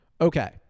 Okay